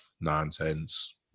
nonsense